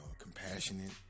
compassionate